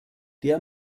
der